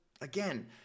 again